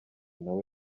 nawe